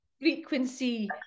frequency